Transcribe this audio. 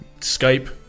Skype